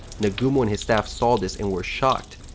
nagumo and his staff saw this and were shocked.